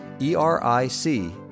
E-R-I-C